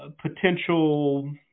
potential